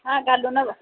हा घालू नव